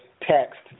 text